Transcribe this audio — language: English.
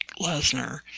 Lesnar